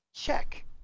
check